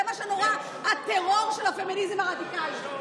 זה מה שנורא, הטרור של הפמיניזם הרדיקלי.